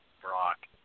Brock